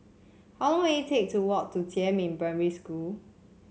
how long will it take to walk to Jiemin Primary School